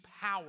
power